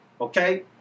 okay